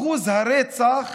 שיעור הרצח